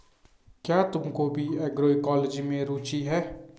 क्या तुमको भी एग्रोइकोलॉजी में रुचि है?